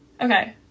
Okay